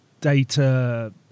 data